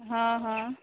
हँ हँ